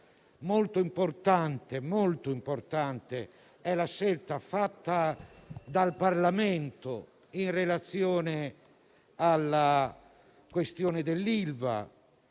molto importante è la scelta fatta dal Parlamento in relazione alla questione ILVA.